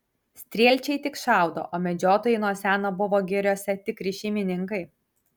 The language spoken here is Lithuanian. strielčiai tik šaudo o medžiotojai nuo seno buvo giriose tikri šeimininkai